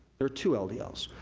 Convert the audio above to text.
there are two ldls.